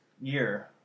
year